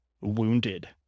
wounded